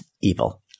evil